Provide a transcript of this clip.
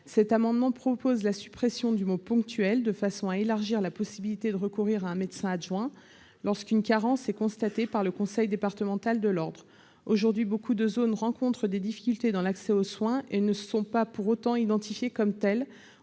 amendement vise à supprimer le mot « ponctuelle », afin d'étendre les possibilités de recours à un médecin adjoint lorsqu'une carence est constatée par le conseil départemental de l'ordre. Aujourd'hui, de nombreuses zones rencontrent des difficultés dans l'accès aux soins et ne sont pas pour autant identifiées comme telles